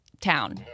town